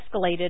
escalated